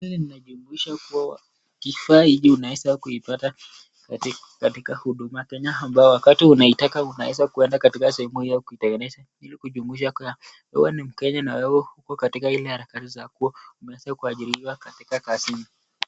Hii inajumuisha kuwa kifaa hii unaweza kuipata katika huduma Kenya, ambayo wakati unaitaka unaweza kwenda katika sehemu hio kutengeneza ili kujumuisha kuwa, wewe ni mkenya na wewe uko katika ile harakati za kuwa umeeza kuajiriwa katika kazi hii.